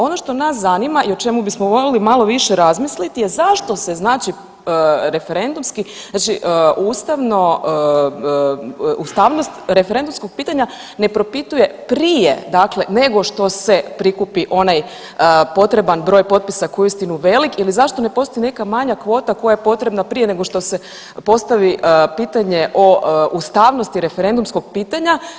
Ono što nas zanima i o čemu bismo voljeli malo više razmisliti je zašto se znači referendumski znači ustavno, ustavnost referendumskog pitanja ne propituje prije dakle nego što se prikupi onaj potreban broj potpisa koji je uistinu velik ili zašto ne postoji neka manja kvota koja je potrebna prije nego što se postavi pitanje o ustavnosti referendumskog pitanja.